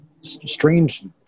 strange